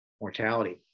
mortality